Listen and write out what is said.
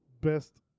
best